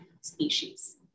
species